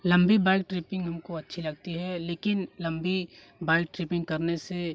लंबी bike tripping हमको अच्छी लगती है लेकिन लंबी बाइक ट्रिपिंग करने से